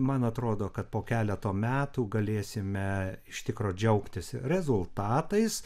man atrodo kad po keleto metų galėsime iš tikro džiaugtis rezultatais